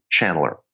channeler